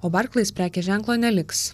o barklais prekės ženklo neliks